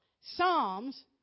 Psalms